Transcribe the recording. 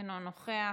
אינו נוכח,